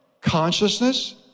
consciousness